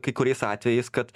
kai kuriais atvejais kad